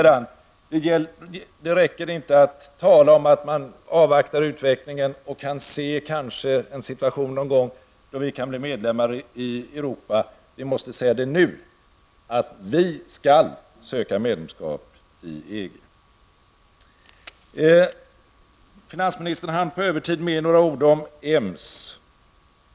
Det räcker inte heller att tala om att man avvaktar utvecklingen och kanske kan se en situation någon gång då vi kan bli medlemmar i Europa. Vi måste säga det nu -- att vi skall söka medlemskap i EG. Finansministern hann på övertid med några ord om EMS.